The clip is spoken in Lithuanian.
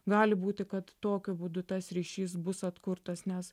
gali būti kad tokiu būdu tas ryšys bus atkurtas nes